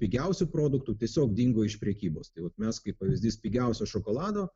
pigiausių produktų tiesiog dingo iš prekybos tai vat mes kaip pavyzdys pigiausio šokolado